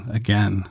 again